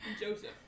Joseph